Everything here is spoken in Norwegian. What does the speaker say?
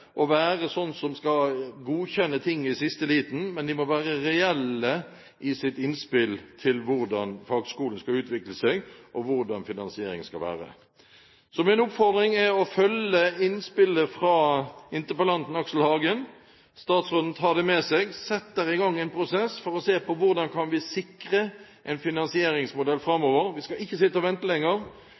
å være dem som skal godkjenne ting i siste liten, men være reelle med innspill til hvordan fagskolen skal utvikle seg, og hvordan finansieringen skal være. Så min oppfordring er å følge innspillet fra interpellanten Aksel Hagen, at statsråden tar det med seg og setter i gang en prosess for å se på hvordan man kan sikre en finansieringsmodell framover. Vi skal ikke sitte og vente lenger,